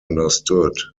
understood